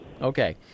Okay